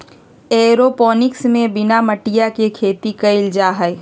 aeroponics में बिना मटिया के खेती कइल जाहई